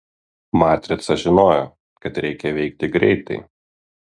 matrica žinojo kad reikia veikti greitai